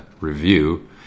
Review